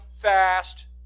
fast